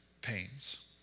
pains